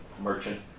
merchant